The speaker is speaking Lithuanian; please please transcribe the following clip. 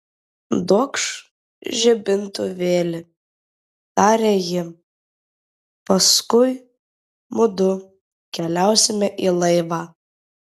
duokš žibintuvėlį tarė ji paskui mudu keliausime į laivą